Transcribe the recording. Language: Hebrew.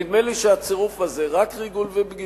נדמה לי שהצירוף הזה, רק ריגול ובגידה,